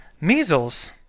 measles